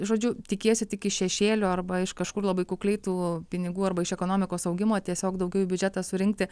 žodžiu tikiesi tik iš šešėlio arba iš kažkur labai kukliai tų pinigų arba iš ekonomikos augimo tiesiog daugiau į biudžetą surinkti